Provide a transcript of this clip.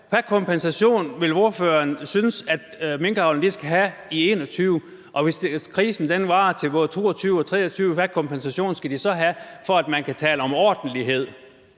Hvilken kompensation vil ordføreren synes minkavlerne skal have i 2021? Og hvis krisen varer til både 2022 og 2023, hvilken kompensation skal de så have, for at man kan tale om ordentlighed?